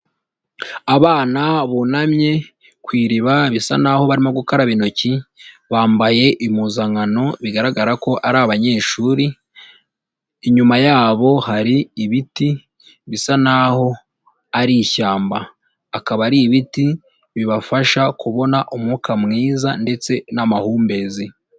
Abana bunamye ku iriba bisa naho barimo gukaraba intoki, bambaye impuzankano bigaragara ko ari abanyeshuri, inyuma yabo hari ibiti bisa naho ari ishyamba. Akaba ari ibiti bibafasha kubona umwuka mwiza ndetse n'amahumbezi.